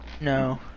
No